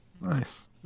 nice